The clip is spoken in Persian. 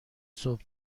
صبح